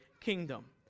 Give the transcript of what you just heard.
kingdom